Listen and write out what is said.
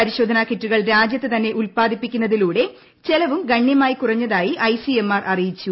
പരിശോധിനെ കിറ്റുകൾ രാജ്യത്തുതന്നെ ഉല്പാദിപ്പിക്കുന്നതിലൂടെ ചെലവും ഗണ്യമായി കുറഞ്ഞതായി ഐ സി എം ആർ അറിയിച്ചു